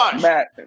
Matt